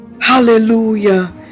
Hallelujah